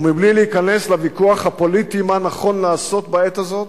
ובלי להיכנס לוויכוח הפוליטי מה נכון לעשות בעת הזאת,